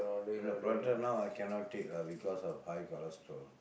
prata now I cannot take lah because of high cholesterol